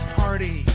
party